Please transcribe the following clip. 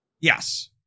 Yes